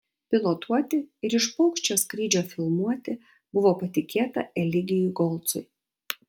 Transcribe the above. pilotuoti ir iš paukščio skrydžio filmuoti buvo patikėta elegijui golcui